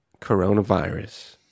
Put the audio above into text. coronavirus